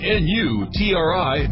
n-u-t-r-i